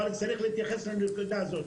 אבל צריך להתייחס לזה.